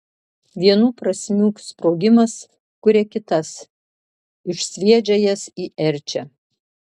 vienų prasmių sprogimas kuria kitas išsviedžia jas į erčią